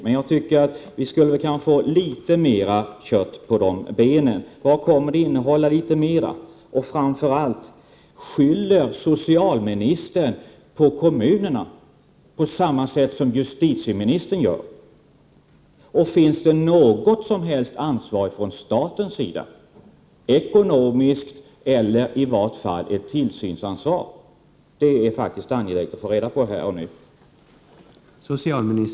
Men jag tycker att vi skulle kunna få litet mera kött på de benen — litet mer om vad det kommer att innehålla. Och framför allt: Skyller socialministern på kommunerna på samma sätt som justitieministern gör? Har man något som helst ansvar från statens sida, ett ekonomiskt ansvar eller i varje fall ett tillsynsansvar? Det är faktiskt angeläget att få reda på detta här och nu.